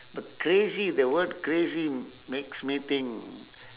but crazy the word crazy makes me think